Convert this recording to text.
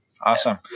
Awesome